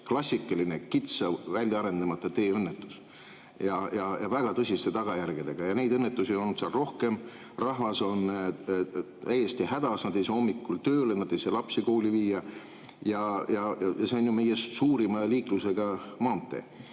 klassikaline kitsa väljaarendamata tee õnnetus ja väga tõsiste tagajärgedega. Neid õnnetusi on seal rohkem olnud. Rahvas on täiesti hädas, nad ei saa hommikul tööle, nad ei saa lapsi kooli viia. See on ju meie suurima liiklusega maantee.